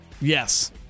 Yes